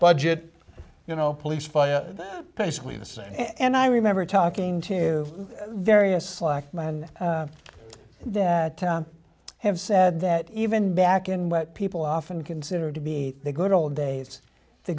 budget you know police fire basically the same and i remember talking to various slack men that have said that even back in what people often considered to be the good old days the